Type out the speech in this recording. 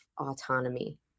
autonomy